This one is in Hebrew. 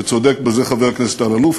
וצודק בזה חבר הכנסת אלאלוף,